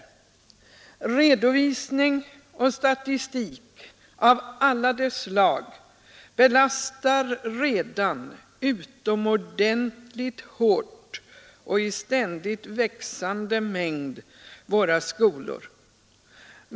Redovisning och statistik av alla de slag belastar redan utomordentligt hårt och i ständigt växande mängd våra skolor.